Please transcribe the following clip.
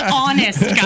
honest